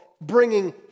bringing